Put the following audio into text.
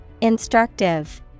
Instructive